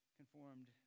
conformed